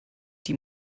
die